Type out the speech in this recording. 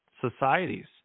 societies